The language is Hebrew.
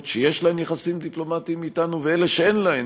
שיש להן יחסים דיפלומטיים אתנו ואלה שאין להן,